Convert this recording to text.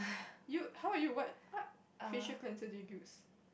you how are you what what facial cleanser do you use